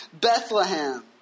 Bethlehem